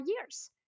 years